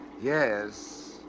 Yes